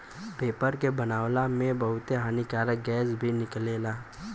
paper के बनावला में बहुते हानिकारक गैस भी निकलेला